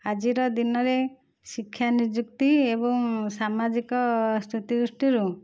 ଆଜିର ଦିନରେ ଶିକ୍ଷା ନିଯୁକ୍ତି ଏବଂ ସାମାଜିକ ସ୍ଥିତି ଦୃଷ୍ଟିରୁ